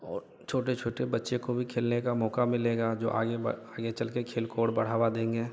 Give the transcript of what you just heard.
और छोटे छोटे बच्चे को भी खेलने का मौक़ा मिलेगा जो आगे ब आगे चलकर खेल को और बढ़ावा देंगे